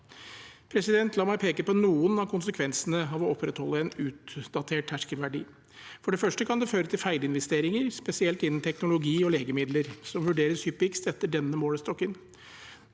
data. La meg peke på noen av konsekvensene av å opprettholde en utdatert terskelverdi: For det første kan det føre til feilinvesteringer, spesielt innen teknologi og legemidler, som vurderes hyppigst etter denne målestokken.